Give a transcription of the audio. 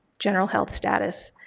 general health status,